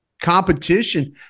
competition